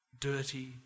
dirty